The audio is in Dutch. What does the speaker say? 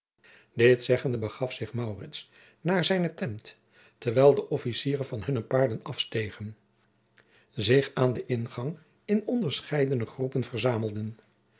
dit zeggende begaf zich maurits naar zijne tent terwijl de officieren van hunne paarden afgestegen zich aan den ingang in onderscheidene groepen verzamelden